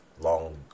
long